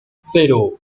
cero